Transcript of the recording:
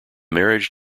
marriage